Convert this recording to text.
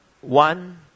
one